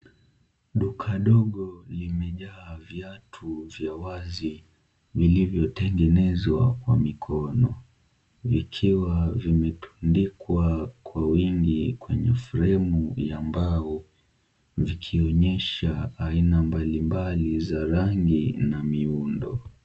Duka dogo imejaa viatu vya wazi vilivyotengenezwa kwa mikono vikiwa vimetundikwa kwa wingi kwenye fremu ya mbao vikionyesha aina mbali mbali za rangi na miundo.